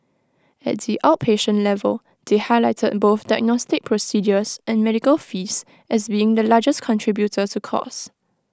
at the outpatient level they highlighted both diagnostic procedures and medical fees as being the largest contributor to costs